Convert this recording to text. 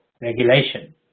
regulation